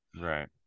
Right